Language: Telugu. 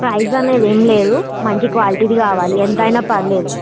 ప్రైజ్ అనేదేం లేదు మంచి క్వాలిటిది కావాలి ఎంతైనా పర్లేదు